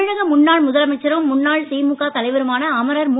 தமிழக முன்னாள் முதலமைச்சரும் முன்னாள் திமுக தலைவருமான அமரர் மு